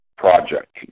project